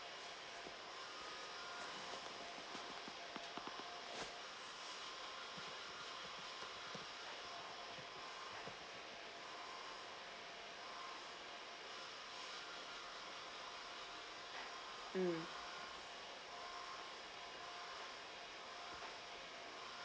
mm